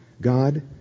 God